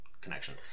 connection